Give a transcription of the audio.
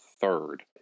third